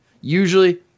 Usually